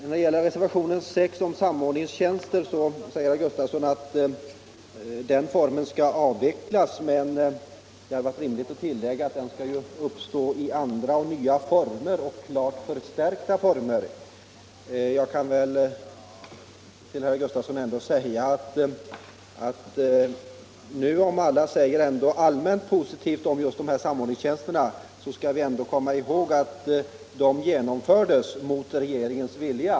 När det gäller reservationen 6 om samordningstjänster säger herr Gustafsson att den formen av tjänster skall avvecklas. Men det hade varit rimligt att tillägga att de skall uppstå i nya och klart förstärkta former. Även om alla uttalar sig positivt om dessa samordningstjänster, skall vi komma ihåg att de genomfördes mot regeringens vilja.